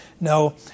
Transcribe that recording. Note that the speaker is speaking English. No